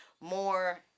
more